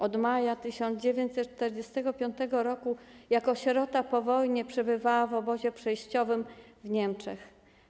Od maja 1945 r. jako sierota po wojnie przebywała w obozie przejściowym w Niemczech.